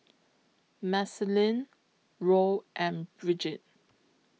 Marceline Roe and Brigid